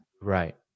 Right